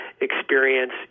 experience